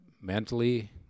mentally